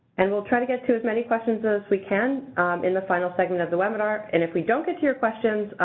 and we'll try to get to as many questions as we can in the final segment of the webinar. and if we don't get to your questions,